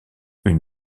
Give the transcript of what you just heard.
une